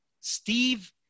Steve